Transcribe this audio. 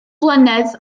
flynedd